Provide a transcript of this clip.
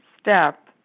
step